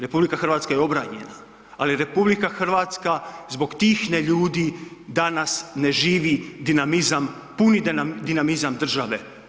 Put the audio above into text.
RH je obranjena, ali RH zbog tih neljudi danas ne živi dinamizam, puni dinamizam države.